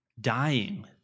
dying